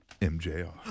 MJR